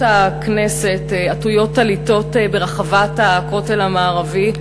הכנסת עטויות טליתות ברחבת הכותל המערבי.